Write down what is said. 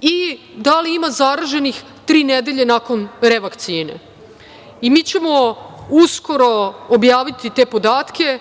i da li ima zaraženih tri nedelje nakon revakcine. Mi ćemo uskoro objaviti te podatke.